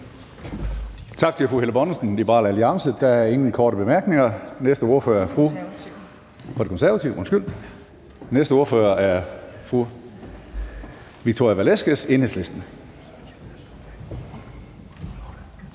Tak til fru Helle Bonnesen fra De Konservative. Der er ingen korte bemærkninger. Den næste ordfører er fru Victoria Velasquez, Enhedslisten.